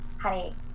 honey